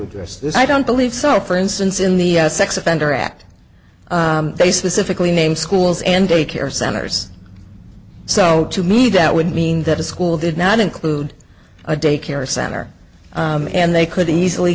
this i don't believe so for instance in the sex offender act they specifically name schools and daycare centers so to me that would mean that the school did not include a daycare center and they could easily